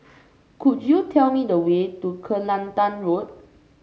could you tell me the way to Kelantan Road